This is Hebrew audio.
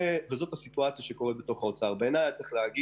זאת הסיטואציה שקיימת היום באוצר.